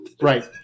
right